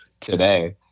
today